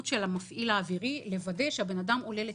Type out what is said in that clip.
של המפעיל האווירי לוודא שהבן אדם עולה לטיסה,